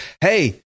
Hey